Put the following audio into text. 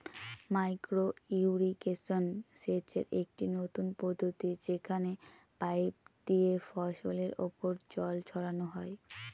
micro irrigation সেচের একটি নতুন পদ্ধতি যেখানে পাইপ দিয়ে ফসলের ওপর জল ছড়ানো হয়